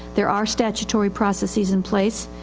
there are statutory processes in place,